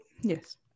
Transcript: yes